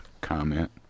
comment